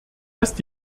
dass